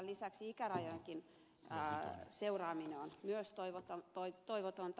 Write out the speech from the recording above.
lisäksi ikärajankin seuraaminen on myös toivotonta